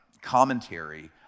commentary